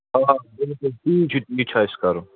آ بلکُل تی چھُ تی چھُ اَسہِ کَرُن